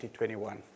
2021